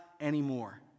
anymore